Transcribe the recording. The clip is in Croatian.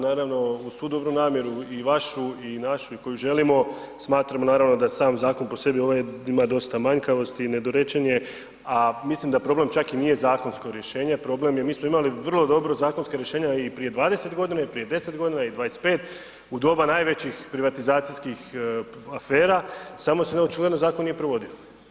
Naravno uz svu dobru namjeru i vašu i našu i koju želimo smatramo naravno da sam zakon po sebi ovaj ima dostava manjkavosti i nedorečen je, a mislim da problem čak i nije zakonsko rješenje, problem je, mi smo imali vrlo zakonska rješenja i prije 20 godina i prije 10 godina i 25, u doba najvećih privatizacijskih afera, samo se …/nerazumljivo/… zakon nije provodio.